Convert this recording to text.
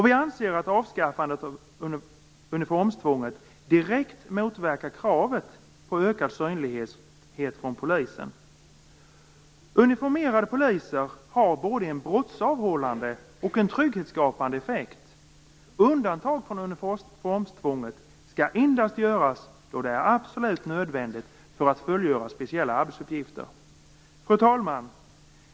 Vi anser att avskaffandet av uniformstvånget direkt motverkar kravet på ökad synlighet från polisen. Uniformerade poliser har både en brottsavhållande och en trygghetsskapande effekt. Undantag från uniformstvånget skall endast göras då det är absolut nödvändigt för att fullgöra speciella arbetsuppgifter. Fru talman!